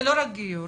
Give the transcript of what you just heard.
זה לא רק גיור.